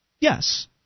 Yes